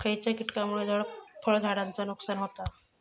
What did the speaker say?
खयच्या किटकांमुळे फळझाडांचा नुकसान होता?